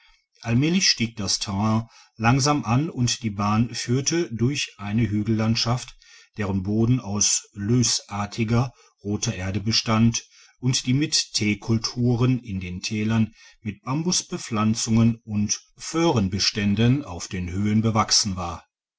allmählich stieg das terrain langsam an und die bahn führt durch eine htigellandschaft deren boden aus lössartiger roter erde bestand und die mit theekulturen in den thälern mit bambuspllanzungen und föhrenbeständen auf den höhen bewachsen war